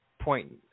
point